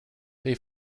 they